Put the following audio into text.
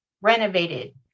renovated